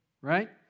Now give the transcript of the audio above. right